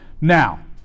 Now